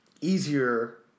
easier